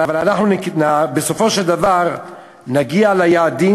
אבל אנחנו בסופו של דבר נגיע ליעדים,